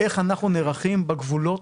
איך אנחנו נערכים בגבולות.